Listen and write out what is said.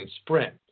Sprint